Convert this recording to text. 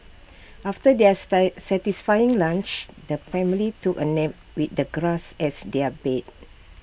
after their style satisfying lunch the family took A nap with the grass as their bed